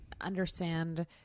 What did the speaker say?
understand